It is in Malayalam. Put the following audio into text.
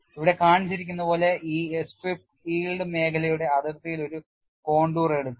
ഇവിടെ കാണിച്ചിരിക്കുന്നതു പോലെ സ്ട്രിപ്പ് yield മേഖലയുടെ അതിർത്തിയിൽ ഒരു കോണ്ടൂർ എടുക്കുക